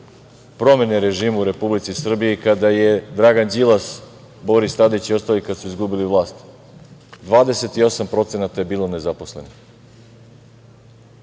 promene režima u Republici Srbiji, kada su Dragan Đilas, Boris Tadić i ostali kada su izgubili vlast? Nezaposlenih